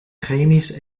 chemisch